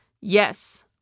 Yes